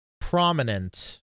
prominent